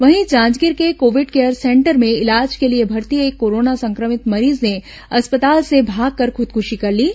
वहीं जांजगीर के covid care centre में इलाज के लिए भर्ती एक कोरोना संक्रमित मरीज ने अस्पताल से भागकर खुदकृशी कर ली है